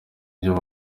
ibyo